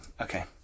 Okay